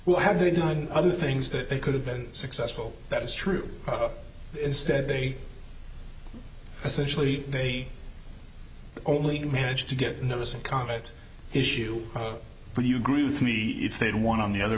will have they done other things that they could have been successful that is true instead they essentially they only managed to get notice and condit issue do you agree with me if they had one on the other